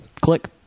click